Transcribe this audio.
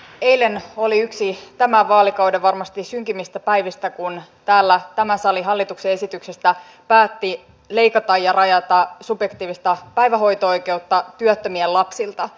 eilen oli yksi tämän vaalikauden varmasti synkimmistä päivistä kun täällä tämä sali hallituksen esityksestä päätti leikata ja rajata subjektiivista päivähoito oikeutta työttömien lapsilta